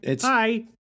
Hi